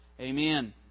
Amen